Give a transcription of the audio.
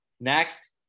Next